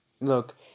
look